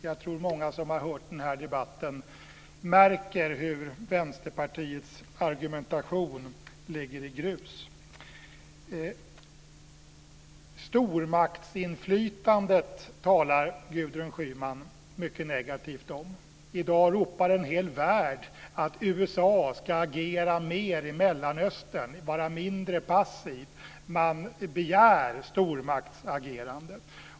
Jag tror att många som har lyssnat på den här debatten har märkt hur Vänsterpartiets argumentation ligger i grus. Gudrun Schyman talar mycket negativt om stormaktsinflytandet. I dag ropar en hel värld att USA ska agera mer i Mellanöstern och vara mindre passivt. Man begär ett stormaktsagerande.